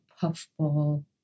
puffball